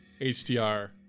HDR